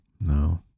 no